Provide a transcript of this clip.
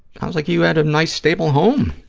sounds like you had a nice, stable home.